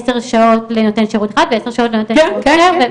עשר שעות לנותן שירות אחד ועשר שעות לנותן שירות אחר,